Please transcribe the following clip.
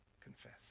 confess